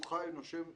הוא חי ונושם היסעים.